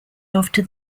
after